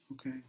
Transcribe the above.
okay